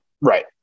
Right